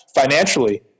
financially